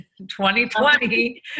2020